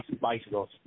bicycles